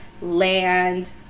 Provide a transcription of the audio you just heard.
land